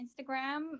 Instagram